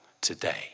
today